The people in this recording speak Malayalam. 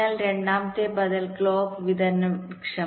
അതിനാൽ രണ്ടാമത്തെ ബദൽ ക്ലോക്ക് വിതരണ വൃക്ഷമാണ്